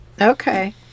Okay